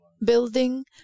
building